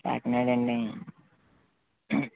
కాకినాడా అండి